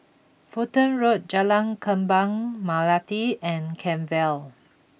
Fulton Road Jalan Kembang Melati and Kent Vale